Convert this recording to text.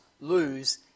lose